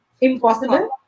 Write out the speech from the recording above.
Impossible